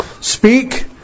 speak